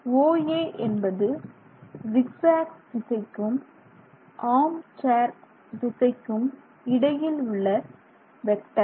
OA என்பது zig zag திசைக்கும் armchair திசைக்கும் இடையில் உள்ள வெக்டர்